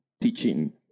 teaching